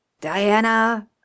diana